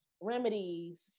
remedies